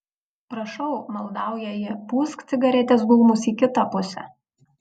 prašau maldauja ji pūsk cigaretės dūmus į kitą pusę